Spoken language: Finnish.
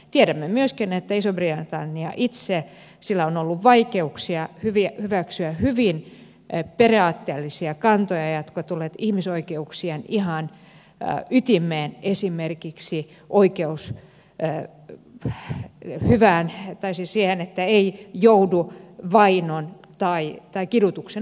tiedämme myöskin että isolla britannialla itsellään on ollut vaikeuksia hyväksyä hyvin periaatteellisia kantoja jotka ovat olleet ihan ihmisoikeuksien ytimessä esimerkiksi oikeutta siihen että ei joudu vainon tai kidutuksen uhriksi